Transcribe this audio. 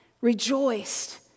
rejoiced